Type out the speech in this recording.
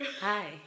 Hi